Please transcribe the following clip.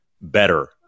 better